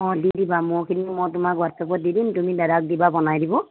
অঁ দি দিবা মোৰখিনি মই তোমাক হোৱাটছাপত দি দিম তুমি দাদাক দিবা বনাই দিব